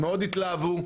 התלהבו מאוד,